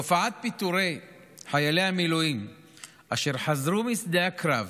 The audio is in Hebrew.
תופעת פיטורי חיילי המילואים אשר חזרו משדה הקרב